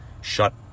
shut